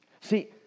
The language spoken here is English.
See